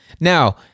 Now